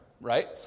right